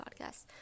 podcast